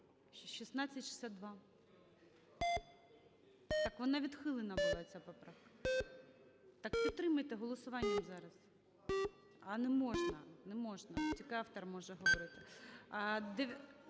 1662. Так вона відхилена була, ця поправка. Так підтримуйте, голосування зараз. Не можна, тільки автор може говорити.